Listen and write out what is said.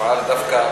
שיפעל דווקא,